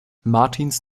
martins